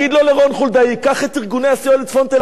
לרון חולדאי: קח את ארגוני הסיוע לצפון תל-אביב.